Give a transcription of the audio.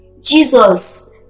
Jesus